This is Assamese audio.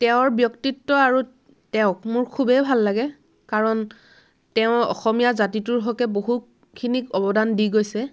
তেওঁৰ ব্যক্তিত্ব আৰু তেওঁক মোৰ খুবেই ভাল লাগে কাৰণ তেওঁ অসমীয়া জাতিটোৰ হকে বহুখিনি অৱদান দি গৈছে